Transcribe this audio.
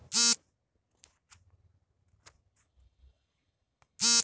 ಶಿಕ್ಷಣ ಸಾಲವನ್ನು ಪಡೆಯಲು ನನಗೆ ಖಾತರಿದಾರರ ಅಗತ್ಯವಿದೆಯೇ?